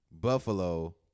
Buffalo